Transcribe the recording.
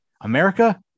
America